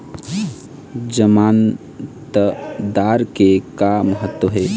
जमानतदार के का महत्व हे?